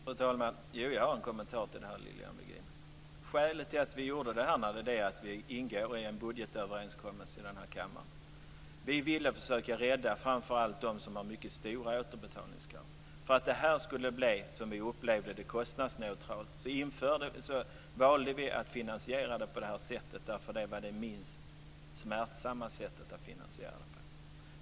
Fru talman! Jo, jag har en kommentar till det här, Lilian Virgin. Skälet till att vi gjorde det här är att vi ingår i en budgetöverenskommelse i den här kammaren. Vi ville försöka rädda framför allt dem som har mycket stora återbetalningskrav. För att det här skulle bli, som vi upplevde det, kostnadsneutralt valde vi att finansiera det på det här sättet. Det var det minst smärtsamma sättet att finansiera det på.